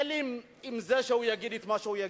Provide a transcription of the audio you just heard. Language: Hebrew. אין לי בעיה עם זה שהוא יגיד את מה שהוא יגיד.